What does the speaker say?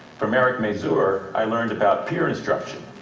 from eric mazur, i learned about peer instruction,